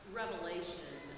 revelation